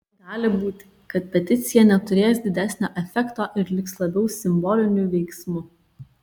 gali būti kad peticija neturės didesnio efekto ir liks labiau simboliniu veiksmu